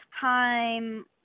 time